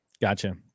Gotcha